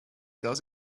does